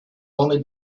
only